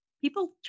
people